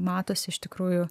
matosi iš tikrųjų